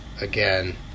again